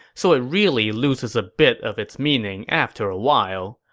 so it really loses a bit of its meaning after a while.